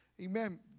Amen